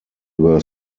were